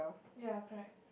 ya correct